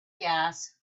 gas